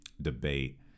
Debate